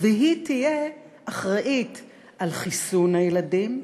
והיא תהיה אחראית על חיסון הילדים,